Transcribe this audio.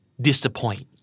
disappoint